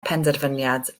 penderfyniad